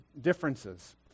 differences